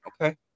okay